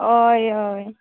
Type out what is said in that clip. अय अय